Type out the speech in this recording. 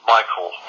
Michael